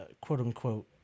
quote-unquote